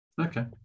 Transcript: Okay